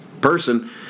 person